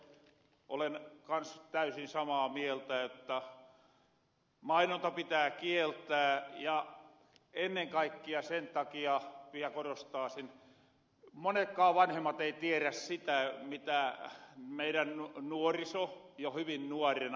olen kans täysin samaa mieltä että mainonta pitää kieltää ja ennen kaikkia viäl korostaasin että monetkaan vanhemmat ei tierä sitä mitä meirän nuoriso jo hyvin nuorena katteloo